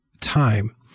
time